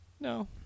No